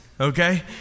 Okay